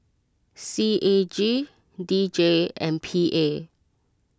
C A G D J and P A